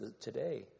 today